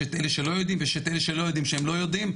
יש את אלה שלא יודעים ויש את אלה שלא יודעים שהם לא יודעים.